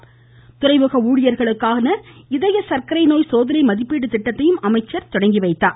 இத்துறைமுக ஊழியர்களுக்காக இதய சர்க்கரை நோய் சோதனை மதிப்பீட்டு திட்டத்தையும் அமைச்சர் தொடங்கி வைத்தார்